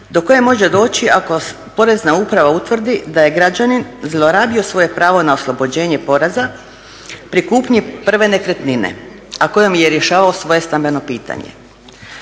do koje može doći ako Porezna uprava utvrdi da je građanin zlorabio svoje pravo na oslobođenje poreza pri kupnji prve nekretnine, a kojom je rješavao svoje stambeno pitanje.